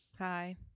Hi